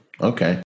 Okay